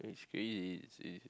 crazy it's